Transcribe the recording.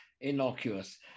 innocuous